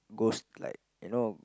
goes like you know